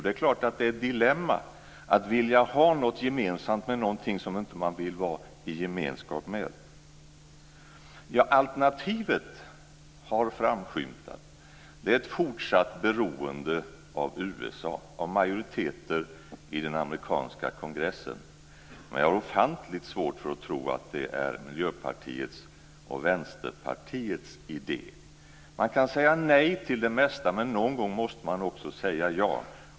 Det är klart att det är ett dilemma att vilja ha något gemensamt med någonting som man inte vill vara i gemenskap med. Alternativet har framskymtat. Det är ett fortsatt beroende av USA, av majoriteter i den amerikanska kongressen. Men jag har ofantligt svårt för att tro att det är Miljöpartiets och Vänsterpartiets idé. Man kan säga nej till det mesta, men någon gång måste man också säga ja.